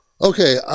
Okay